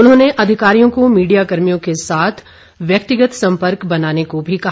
उन्होंने अधिकारियों को मीडिया कर्मियों के साथ व्यक्तिगत संपर्क बनाने को भी कहा